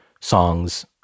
songs